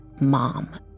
mom